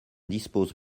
dispose